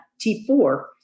T4